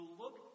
look